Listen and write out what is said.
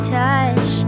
touch